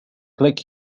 click